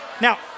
Now